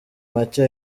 make